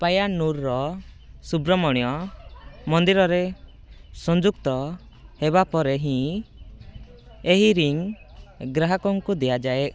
ପାୟାନୁରର ସୁବ୍ରମଣ୍ୟ ମନ୍ଦିରରେ ସଂଯୁକ୍ତ ହେବା ପରେ ହିଁ ଏହି ରିଙ୍ଗ ଗ୍ରାହକଙ୍କୁ ଦିଆଯାଏ